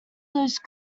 those